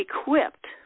equipped